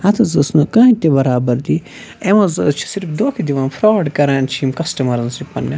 اَتھ حظ ٲس نہٕ کٕہٕنۍ تہِ برابردی یِم حظ حظ چھِ صرف دھوکہٕ دِوان فرٛاڈ کَران چھِ یِم کسٹمَرَن سۭتۍ پنٛنٮ۪ن